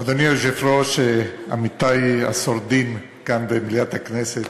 אדוני היושב-ראש, עמיתי השורדים כאן במליאת הכנסת,